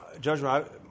judgment